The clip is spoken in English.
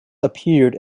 appeared